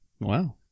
wow